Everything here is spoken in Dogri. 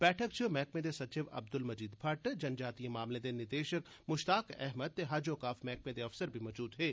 बैठका च मैह्कमे दे सचिव अब्दुल मजीद भट्ट जन जातिय मामले दे निदेशक मुश्ताक अहमद ते हज औकाफ मैहकमे दे अफसर बी मजूद हे